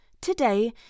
today